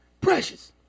Precious